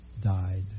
died